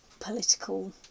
political